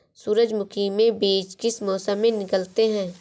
सूरजमुखी में बीज किस मौसम में निकलते हैं?